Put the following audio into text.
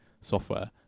software